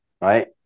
right